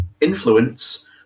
Influence